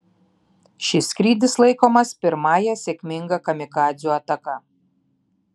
šis skrydis laikomas pirmąja sėkminga kamikadzių ataka